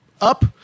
up